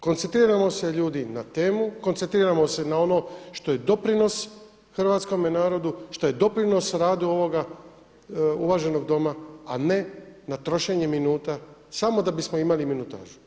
Koncentrirajmo se ljudi na temu, koncentrirajmo se na ono što je doprinos hrvatskome narodu, što je doprinos radu ovoga uvaženog Doma, a ne na trošenje minuta samo da bismo imali minutažu.